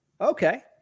Okay